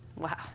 Wow